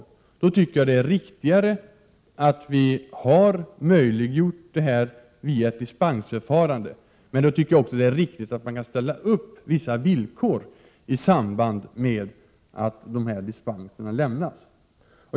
Jag tycker det är riktigare att vi har möjliggjort detta via ett dispensförfarande, men jag tycker också det är riktigt att man då kan ställa upp vissa villkor i samband med att dispenserna lämnas.